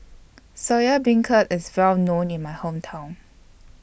Soya Beancurd IS Well known in My Hometown